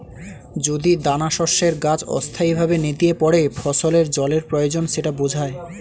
যদি দানাশস্যের গাছ অস্থায়ীভাবে নেতিয়ে পড়ে ফসলের জলের প্রয়োজন সেটা বোঝায়